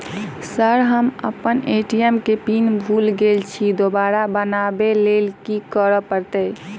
Sir हम अप्पन ATM केँ पिन भूल गेल छी दोबारा बनाबै लेल की करऽ परतै?